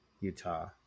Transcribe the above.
Utah